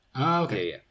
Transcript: okay